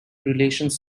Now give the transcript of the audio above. relations